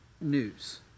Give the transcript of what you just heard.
news